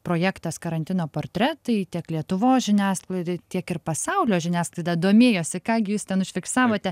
projektas karantino portretai tiek lietuvos žiniasklaidoj tiek ir pasaulio žiniasklaida domėjosi ką gi jūs ten užfiksavote